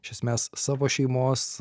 iš esmės savo šeimos